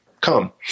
come